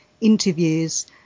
interviews